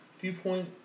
viewpoint